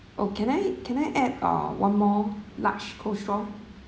oh can I can I add uh one more large coleslaw